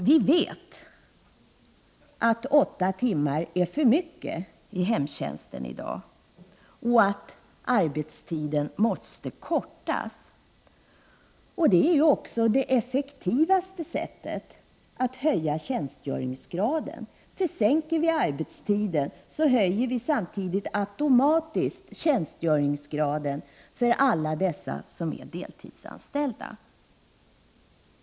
Vi vet att åtta timmar om dagen är för mycket i hemtjänsten i dag och att arbetstiden måste kortas. Det är också det effektivaste sättet att höja tjänstgöringsgraden. Sänker vi arbetstiden höjer vi samtidigt automatiskt tjänstgöringsgraden för alla som är deltidsanställda.